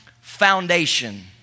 foundation